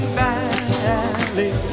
valley